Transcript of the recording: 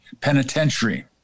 penitentiary